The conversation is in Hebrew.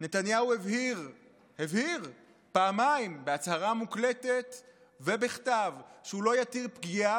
נתניהו הבהיר פעמיים בהצהרה מוקלטת ובכתב שהוא לא יתיר פגיעה